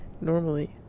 normally